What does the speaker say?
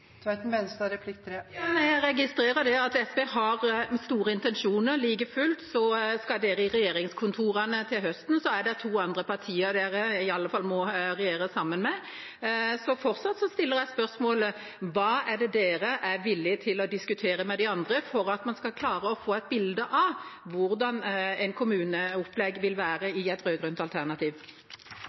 Jeg registrerer at SV har store intensjoner. Like fullt: Skal dere i regjeringskontorene til høsten, er det to andre partier – i alle fall – dere må regjere sammen med. Så jeg stiller fortsatt spørsmålet: Hva er det dere er villige til å diskutere med de andre, for at man skal klare å få et bilde av hvordan et kommuneopplegg vil være i et rød-grønt alternativ?